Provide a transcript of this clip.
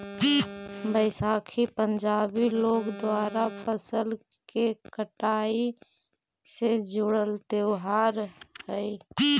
बैसाखी पंजाबी लोग द्वारा फसल के कटाई से जुड़ल त्योहार हइ